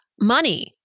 money